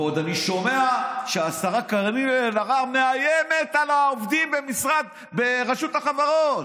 ועוד אני שומע שהשרה קארין אלהרר מאיימת על העובדים ברשות החברות.